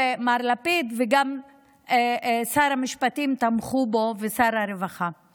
מר לפיד, וגם שר המשפטים ושר הרווחה תמכו בו.